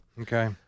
Okay